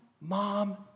mom